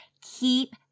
Keep